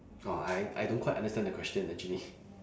orh I I don't quite understand the question actually